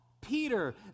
Peter